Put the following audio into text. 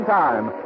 time